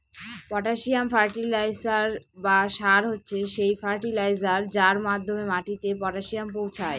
potassium fertiliser বা সার হচ্ছে সেই ফার্টিলাইজার যার মাধ্যমে মাটিতে পটাসিয়াম পৌঁছায়